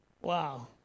Wow